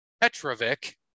Petrovic